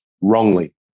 wrongly